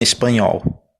espanhol